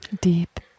deep